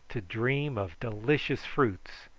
to dream of delicious fruits,